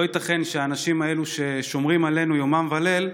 לא ייתכן שהאנשים האלו, ששומרים עלינו יומם וליל,